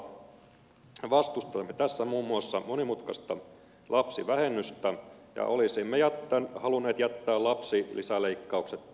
vastustamme tässä muun muassa monimutkaista lapsivähennystä ja olisimme halunneet jättää lapsilisäleikkaukset tekemättä